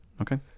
Okay